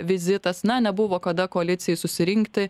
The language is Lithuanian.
vizitas na nebuvo kada koalicijai susirinkti